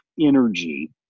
energy